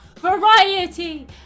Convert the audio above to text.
Variety